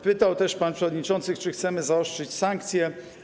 Pytał też pan przewodniczący, czy chcemy zaostrzyć sankcje.